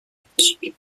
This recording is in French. antique